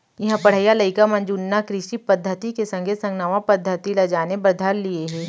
इहां पढ़इया लइका मन ह जुन्ना कृषि पद्धति के संगे संग नवा पद्धति ल जाने बर धर लिये हें